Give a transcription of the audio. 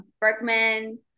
Berkman